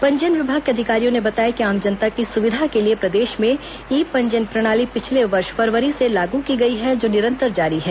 पंजीयन विभाग के अधिकारियों ने बताया कि आम जनता की सुविधा के लिए प्रदेश में ई पंजीयन प्रणाली पिछले वर्ष फरवरी से लागू की गई है जो निरंतर जारी है